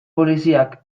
poliziak